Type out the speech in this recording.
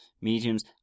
mediums